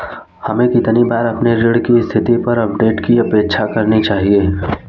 हमें कितनी बार अपने ऋण की स्थिति पर अपडेट की अपेक्षा करनी चाहिए?